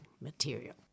material